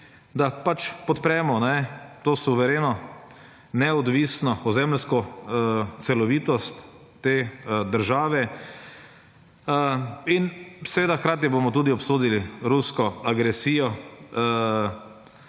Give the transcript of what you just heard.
da podpremo to suvereno neodvisno ozemeljsko celovitost te države in hkrati bomo tudi obsodili rusko agresijo